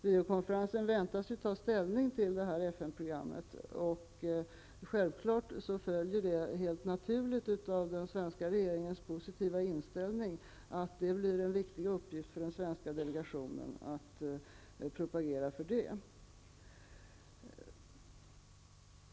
Riokonferensen väntas ju ta ställning till det här FN-programmet, och det följer helt naturligt av den svenska regeringens positiva inställning att det blir en viktig uppgift för den svenska delegationen att propagera för det.